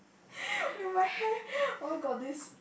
wait my hair oh my god this